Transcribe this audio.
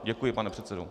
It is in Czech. Děkuji, pane předsedo.